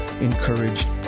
encouraged